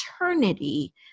eternity